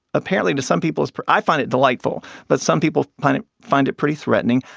apparently, to some people is i find it delightful. but some people find it find it pretty threatening.